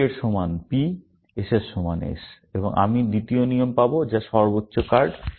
P এর সমান P এবং S এর সমান S এবং আমি দ্বিতীয় নিয়ম পাব যা সর্বোচ্চ কার্ড